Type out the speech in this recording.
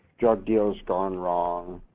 drug deals gone wrong,